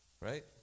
Right